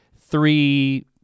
three